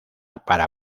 para